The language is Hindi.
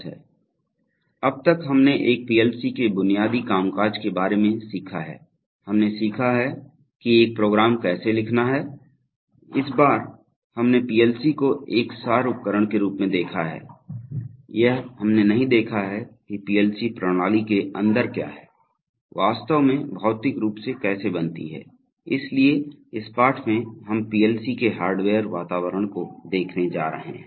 22वे पाठ में आपका स्वागत है अब तक हमने एक पीएलसी के बुनियादी कामकाज के बारे में सीखा है हमने सीखा है कि एक प्रोग्राम कैसे लिखना है इस बार हमने पीएलसी को एक सार उपकरण के रूप में देखा है यह हमने नहीं देखा है कि पीएलसी प्रणाली के अंदर क्या है वास्तव में भौतिक रूप से कैसे बनती है इसलिए इस पाठ में हम पीएलसी के हार्डवेयर वातावरण को देखने जा रहे हैं